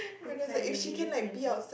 that's funny it is relevant